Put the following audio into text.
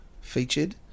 featured